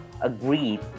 agreed